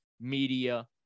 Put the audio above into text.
media